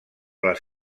les